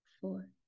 four